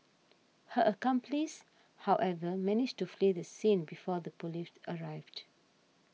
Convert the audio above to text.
her accomplice however managed to flee the scene before the police arrived